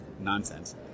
nonsense